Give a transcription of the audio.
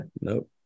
Nope